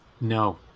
No